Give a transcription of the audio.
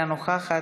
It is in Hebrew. אינה נוכחת,